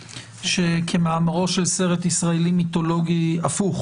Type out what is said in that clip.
כמאמרו של סרט ישראלי מיתולוגי הפוך